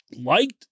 liked